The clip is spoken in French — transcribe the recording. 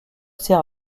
sert